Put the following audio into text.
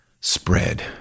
spread